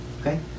okay